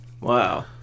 Wow